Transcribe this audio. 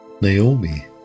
Naomi